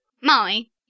Molly